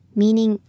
meaning